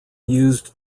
used